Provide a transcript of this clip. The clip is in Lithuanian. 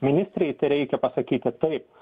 ministrei tereikia pasakyti taip